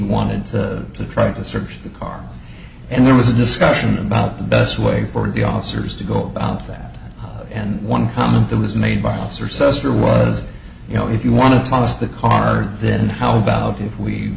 wanted to try to search the car and there was a discussion about the best way for the officers to go about that and one comment that was made by officer sr was you know if you want to tell us the car then how about if we